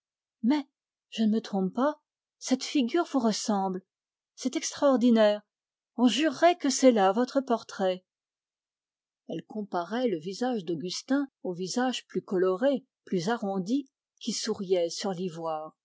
je ne me trompe pas cette figure vous ressemble on jurerait que c'est là votre portrait elle comparait le visage d'augustin au visage plus coloré plus arrondi qui souriait sur l'ivoire